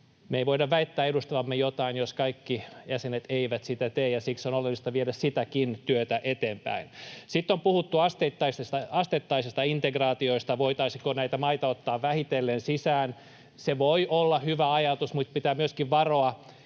Me ei voida väittää edustavamme jotain, jos kaikki jäsenet eivät sitä tee, ja siksi on oleellista viedä sitäkin työtä eteenpäin. Sitten on puhuttu asteittaisista integraatioista, voitaisiinko näitä maita ottaa vähitellen sisään. Se voi olla hyvä ajatus, mutta pitää myöskin varoa,